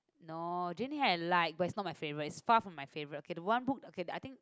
no Jennie had light but is not my favourite is far from my favourite okay the one book okay I think